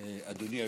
אדוני.